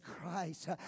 Christ